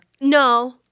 No